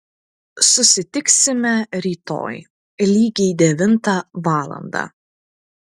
susitiksime rytoj lygiai devintą valandą